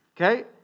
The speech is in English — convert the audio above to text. Okay